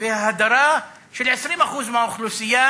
וההדרה של 20% מהאוכלוסייה,